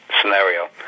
scenario